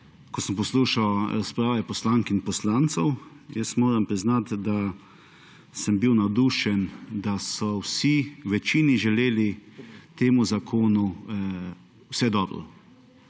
ko sem poslušal razprave poslank in poslancev, jaz moram priznati, da sem bil navdušen, da so vsi, v večini želeli temu zakonu vse dobro.